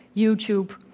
youtube,